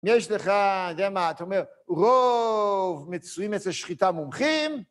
יש לך, אני יודע מה, אתה אומר, רוב מצויים אצל שחיטה מומחים.